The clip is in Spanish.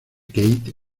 kate